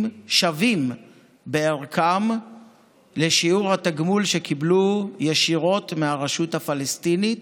השווים בערכם לשיעור התגמול שקיבלו ישירות מהרשות הפלסטינית.